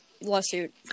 lawsuit